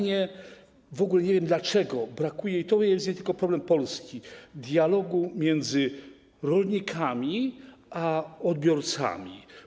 Nie wiem, dlaczego brakuje - to jest nie tylko problem Polski - dialogu między rolnikami a odbiorcami.